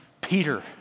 Peter